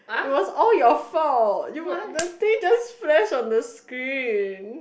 it was all your fault you were the things just flash on the screen